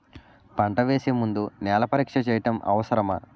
పంట వేసే ముందు నేల పరీక్ష చేయటం అవసరమా?